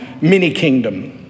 mini-kingdom